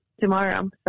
tomorrow